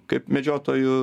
kaip medžiotojų